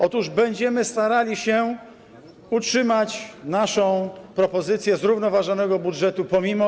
Otóż będziemy starali się utrzymać naszą propozycję zrównoważonego budżetu pomimo to.